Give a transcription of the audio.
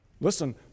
Listen